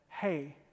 hey